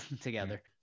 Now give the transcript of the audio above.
together